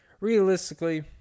realistically